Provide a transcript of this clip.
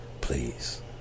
Please